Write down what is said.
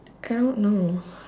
I don't know